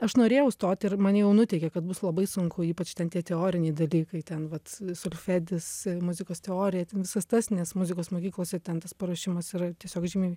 aš norėjau stot ir mane jau nuteikė kad bus labai sunku ypač ten tie teoriniai dalykai ten vat solfedis muzikos teorija ten visas tas nes muzikos mokyklose ten tas paruošimas yra tiesiog žymiai